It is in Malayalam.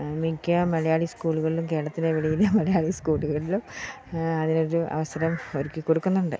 മിക്ക മലയാളി സ്കൂളുകളിലും കേരളത്തിലെവിടെയുള്ള മലയാളി സ്കൂളുകളിലും അതിനൊരു അവസരം ഒരുക്കി കൊടുക്കുന്നുണ്ട്